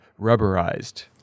rubberized